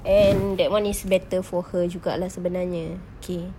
and that [one] is better for her juga lah sebenarnya okay